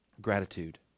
Gratitude